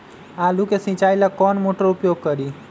आलू के सिंचाई ला कौन मोटर उपयोग करी?